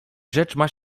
rzecz